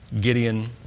Gideon